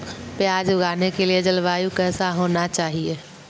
प्याज उगाने के लिए जलवायु कैसा होना चाहिए?